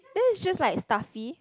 then it's just like stuffy